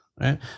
right